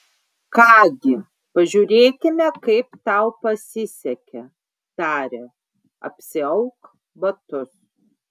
ką gi pažiūrėkime kaip tau pasisekė tarė apsiauk batus